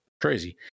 crazy